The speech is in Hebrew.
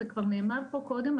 זה כבר נאמר פה קודם,